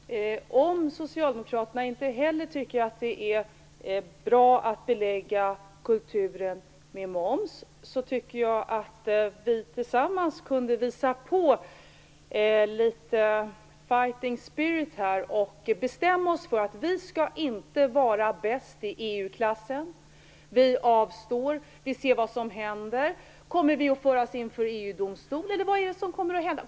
Fru talman! Om socialdemokraterna inte heller tycker att det är bra att belägga kulturen med moms, tycker jag att vi tillsammans kunde visa litet fighting spirit. Vi kunde bestämma oss för att inte vara bäst i EU-klassen, att avstå och se vad som händer. Kommer vi att föras inför EG-domstolen eller vad kommer att hända?